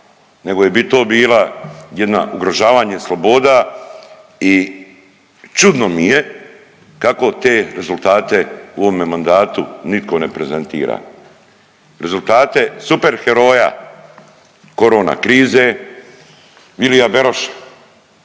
nego bi to bila jedna ugrožavanje sloboda i čudno mi je kako te rezultate u ovome mandatu nitko ne prezentira, rezultate super heroja korona krize Vilija Beroša.